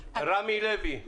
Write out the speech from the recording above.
רמי לוי,